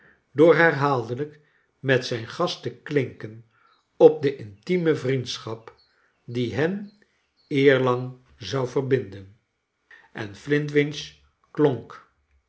door herhaaldelijk met zijn gast te k link en op de intieme vriendschap die hen eerlang zou verbinden en elintwinch klonk